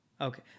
Okay